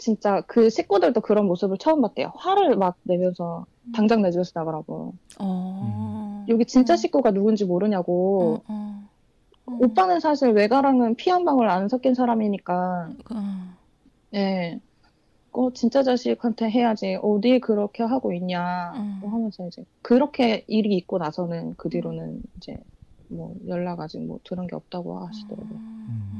진짜 그 식구들도 그런 모습을 처음 봤대요. 화를 막 내면서 음. 당장 내 집에서 나가라고. 어. 음. 여기 진짜 음. 식구가 누군지 모르냐고. 음, 음, 음. 오빠는 사실 외가랑은 피 한 방울 안 섞인 사람이니까. 그, 음. 네. 어, 진짜 자식한테 해야지. 어디 그렇게 하고 있냐고 음. 하면서 이제 그렇게 일이 있고 나서는 그 뒤로는 음. 이제 뭐 연락 아직 뭐 들은 게 없다고 하시더라고요. 음.